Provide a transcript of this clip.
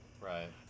Right